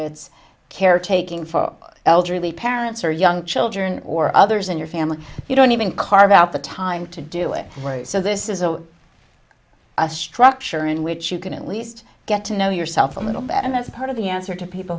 it's caretaking for elderly parents or young children or others in your family you don't even carve out the time to do it so this is a structure in which you can at least get to know yourself a little better and that's part of the answer to people